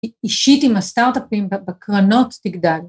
‫אישית עם הסטארט-אפים ‫בקרנות תגדל.